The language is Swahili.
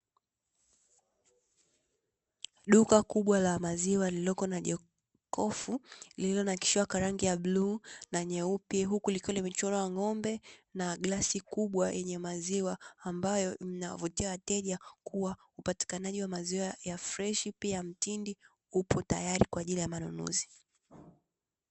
Duka kubwa la maziwa lililoko na jokofu ,lililonakshiwa kwa rangi ya bluu na nyeupe, huku likiwa limechorwa ng’ombe na glasi kubwa yenye maziwa ambayo inawavutia wateja kua upatikanaji wa maziwa ya freshi pia mtindi upo tayari kwaajili ya manunuzi.